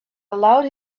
allowed